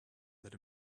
that